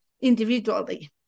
individually